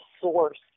source